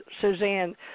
Suzanne